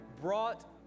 brought